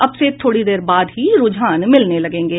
अब से थोड़ी देर बाद ही रुझान मिलने लगेंगे